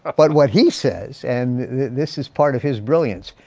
ah but what he says, and this is part of his brilliance,